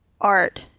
art